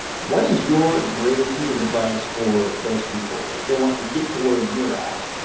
what is your greatest piece of advice for those people? if they want to get to where you're at,